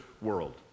world